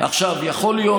יכול להיות,